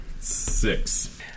Six